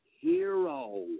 hero